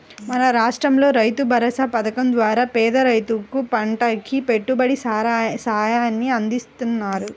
మన రాష్టంలో రైతుభరోసా పథకం ద్వారా పేద రైతులకు పంటకి పెట్టుబడి సాయాన్ని అందిత్తన్నారు